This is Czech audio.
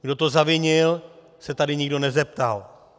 Kdo to zavinil, se tady nikdo nezeptal.